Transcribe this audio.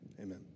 Amen